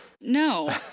No